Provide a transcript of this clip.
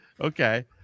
Okay